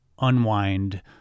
unwind